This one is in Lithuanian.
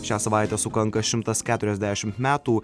šią savaitę sukanka šimtas keturiasdešimt metų